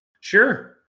Sure